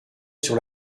sur